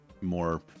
more